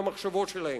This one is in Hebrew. למחשבות שלהם.